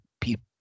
people